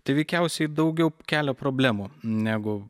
tai veikiausiai daugiau kelia problemų negu